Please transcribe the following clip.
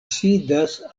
sidas